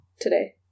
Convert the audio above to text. today